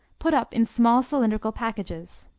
put up in small cylindrical packages.